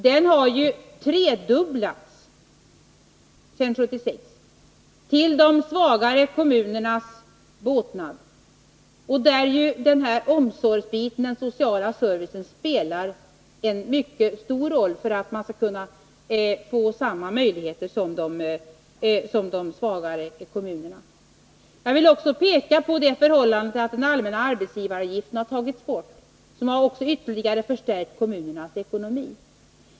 Den har tredubblats sedan 1976, till båtnad för de svagare kommunerna, där omsorgen inom den sociala servicen spelar en mycket stor roll för att de skall kunna få samma möjligheter som de starkare kommunerna har. Jag vill vidare peka på det förhållandet att den allmänna arbetsgivaravgiften har tagits bort, vilket ytterligare har förstärkt kommunernas ekonomi.